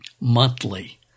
Monthly